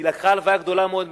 היא לקחה הלוואה גדולה מאוד מהבנק,